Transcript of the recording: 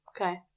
okay